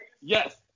Yes